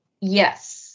Yes